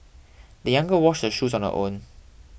the young girl washed her shoes on her own